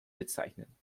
bezeichnen